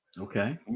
Okay